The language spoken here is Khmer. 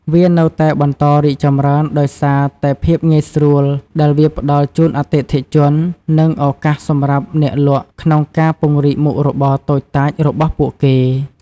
វានៅតែបន្តរីកចម្រើនដោយសារតែភាពងាយស្រួលដែលវាផ្តល់ជូនអតិថិជន និងឱកាសសម្រាប់អ្នកលក់ក្នុងការពង្រីកមុខរបរតូចតាចរបស់ពួកគេ។